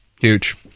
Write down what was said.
huge